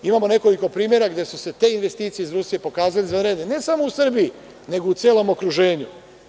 Imamo nekoliko primera gde su se te investicije iz Rusije pokazale izvanredne, ne samo u Srbiji, nego u celom okruženju.